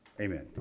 amen